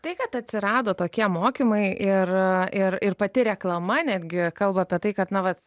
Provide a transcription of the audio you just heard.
tai kad atsirado tokie mokymai ir ir ir pati reklama netgi kalba apie tai kad na vat